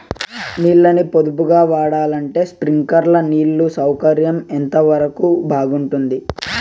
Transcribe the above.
నీళ్ళ ని పొదుపుగా వాడాలంటే స్ప్రింక్లర్లు నీళ్లు సౌకర్యం ఎంతవరకు బాగుంటుంది?